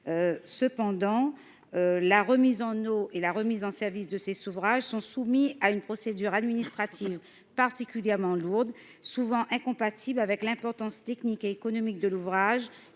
cependant la remise en eau et la remise en service de ces s'ouvrages sont soumis à une procédure administrative particulièrement lourde souvent incompatibles avec l'importance technique et économique de l'ouvrage